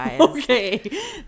Okay